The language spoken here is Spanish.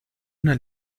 una